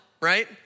right